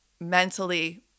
mentally